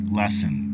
lesson